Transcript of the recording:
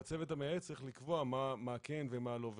והצוות המייעץ צריך לקבוע מה כן ומה לא וכולי.